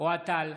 אוהד טל,